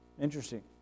Interesting